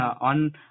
on